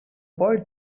boy